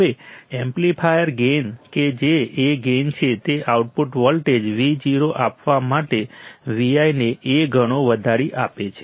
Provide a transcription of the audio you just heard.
હવે amplifier gain કે જે A ગેઈન છે તે આઉટપુટ વોલ્ટેજ Vo આપવા માટે Vi ને A ગણો વધારી આપે છે